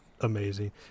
amazing